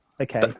okay